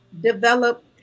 develop